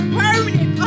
permanent